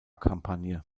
kampagne